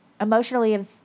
emotionally